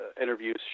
interviews